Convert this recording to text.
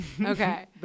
Okay